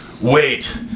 Wait